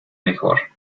mejor